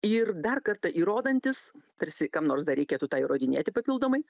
ir dar kartą įrodantis tarsi kam nors dar reikėtų tą įrodinėti papildomai